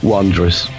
Wondrous